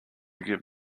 give